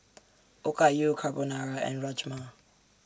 Okayu Carbonara and Rajma